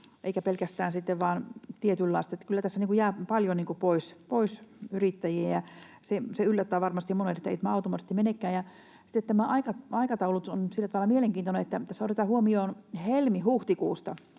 eikä pelkästään sitten vain tietynlaisia, niin että kyllä tässä jää paljon pois yrittäjiä. Se yllättää varmasti monet, että ei tämä automaattisesti menekään. Sitten tämä aikataulutus on sillä tavalla mielenkiintoinen, että tässä otetaan huomioon helmi—huhtikuusta